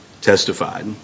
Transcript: testified